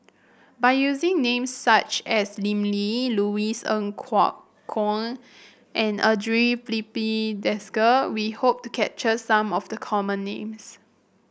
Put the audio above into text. by using names such as Lim Lee Louis Ng Kok Kwang and Andre Filipe Desker we hope to capture some of the common names